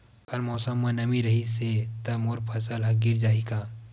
कल मौसम म नमी रहिस हे त मोर फसल ह गिर जाही का?